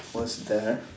was there